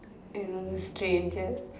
you know the stranger